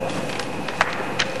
בבקשה.